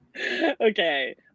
Okay